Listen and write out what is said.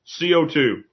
CO2